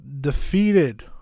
defeated